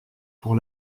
pour